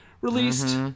released